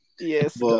Yes